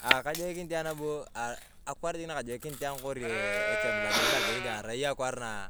Aaah kajokinit ayong nabo aah akwaar jik na kajokinit ayong kori eeh echami loajokon lo kajokinit ayong arai akwaar naa